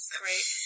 great